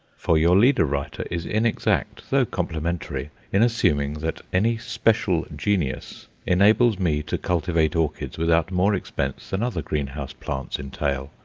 for your leader-writer is inexact, though complimentary, in assuming that any special genius enables me to cultivate orchids without more expense than other greenhouse plants entail,